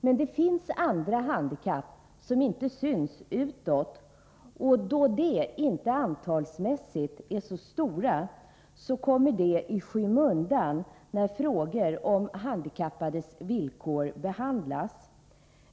Men det finns andra handikapp som inte syns utåt, och eftersom de antalsmässigt inte är så många kommer de i skymundan när frågor om handikappades villkor behandlas.